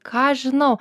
ką žinau